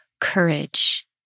Courage